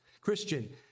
Christian